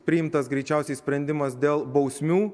priimtas greičiausiai sprendimas dėl bausmių